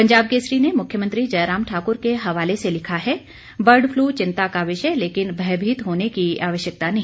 पंजाब केसरी ने मुख्यमंत्री जयराम ठाक्र के हवाले से लिखा है बर्ड फ्लू चिंता का विषय लेकिन भयभीत होने की आवश्यकता नहीं